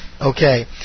Okay